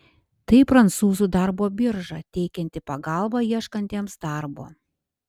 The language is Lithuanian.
tai prancūzų darbo birža teikianti pagalbą ieškantiems darbo